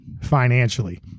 financially